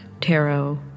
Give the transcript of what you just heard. tarot